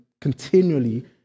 continually